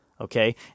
Okay